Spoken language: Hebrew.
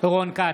רון כץ,